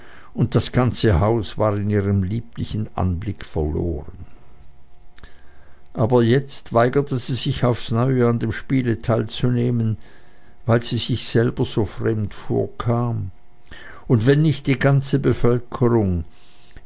und das ganze haus war in ihrem lieblichen anblick verloren aber jetzt weigerte sie sich aufs neue an dem spiele teilzunehmen weil sie sich selber so fremd vorkam und wenn nicht die ganze bevölkerung